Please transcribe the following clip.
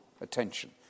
attention